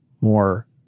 more